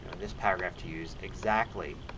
this paragraph to use exactly